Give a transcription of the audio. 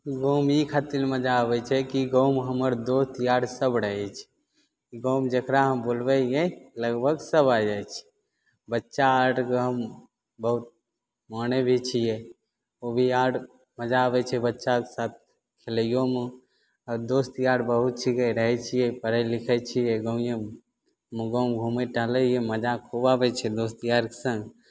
गाँवमे ई खातिर मजा आबै छै कि गाँवमे हमर दोस्त यार सभ रहै छै गाँवमे जकरा हम बोलबै हियै लगभग सभ आ जाइ छै बच्चा आरकेँ हम बहुत मानै भी छियै ओ भी आर मजा आबै छै बच्चाके साथ खेलैयौमे आ दोस्त यार बहुत छिकै रहए छियै पढ़ै लिखै छियै गाँवएमे हमे गाँव घूमै टहलैमे मजा खूब आबै छै दोस्त यारके सङ्ग